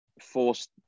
forced